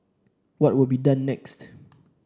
what will be done next